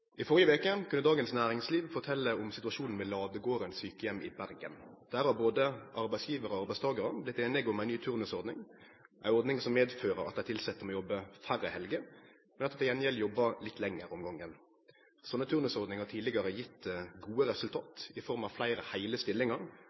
I førre veke kunne Dagens Næringsliv fortelje om situasjonen med Ladegården sykehjem i Bergen. Der har både arbeidsgivarar og arbeidstakarar vorte einige om ei ny turnusordning, ei ordning som medfører at dei tilsette må jobbe færre helgar, men at dei til gjengjeld jobbar litt lenger om gangen. Sånne turnusordningar har tidlegare gitt gode resultat i form av fleire heile